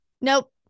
nope